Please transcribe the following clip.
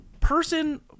person